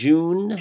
June